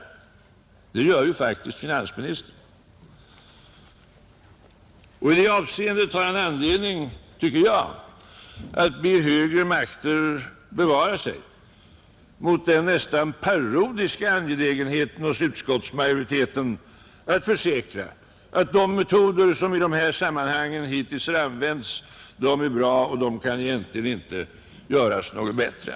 Det gör ju faktiskt finansministern. Och i det avseendet har han anledning, tycker jag, att be högre makter bevara sig mot den nästan parodiska angelägenheten hos utskottsmajoriteten att försäkra att de metoder som i de här sammanhangen hittills har använts är bra och egentligen inte alls kan göras bättre.